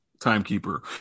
timekeeper